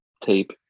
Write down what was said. tape